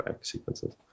sequences